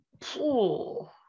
pool